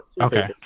okay